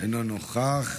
אינו נוכח.